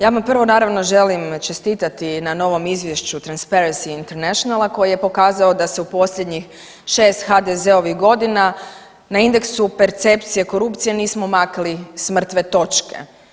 Ja vam prvo naravno želim čestitati na novom izvješću Transparency Internationala koji je pokazao da se u posljednjih 6 HDZ-ovih godina na Indexu percepcije korupcije nismo makli s mrtve točke.